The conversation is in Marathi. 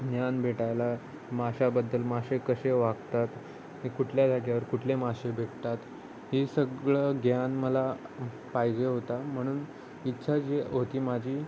ज्ञान भेटायला माशाबद्दल मासे कसे वागतात कुठल्या जागेवर कुठले मासे भेटतात हे सगळं ज्ञान मला पाहिजे होता म्हणून इच्छा जी होती माझी